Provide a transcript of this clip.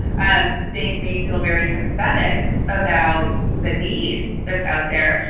and they may feel very sympathetic about the need that's out there,